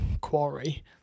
quarry